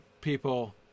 people